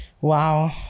Wow